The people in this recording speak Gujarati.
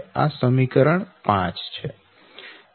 આ સમીકરણ 5 છે